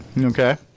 Okay